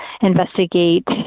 investigate